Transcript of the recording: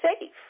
safe